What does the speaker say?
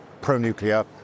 pro-nuclear